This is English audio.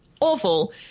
awful